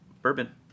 bourbon